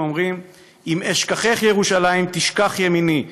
הם אומרים: "אם אשכחך ירושלים תשכח ימיני,